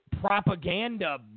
propaganda